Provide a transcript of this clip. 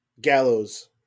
Gallows